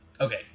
okay